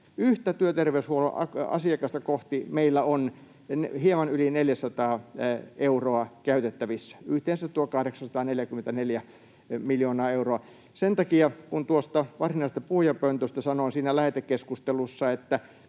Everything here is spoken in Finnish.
yhtä työterveyshuollon asiakasta kohti meillä on hieman yli 400 euroa käytettävissä, yhteensä tuo 844 miljoonaa euroa. Sen takia, kun tuosta varsinaisesta puhujapöntöstä sanoin siinä lähetekeskustelussa, että